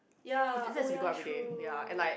ya oh ya true